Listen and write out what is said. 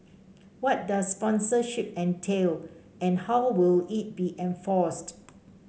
what does sponsorship entail and how will it be enforced